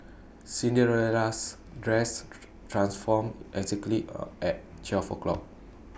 Cinderella's dress transformed exactly A at twelve o'clock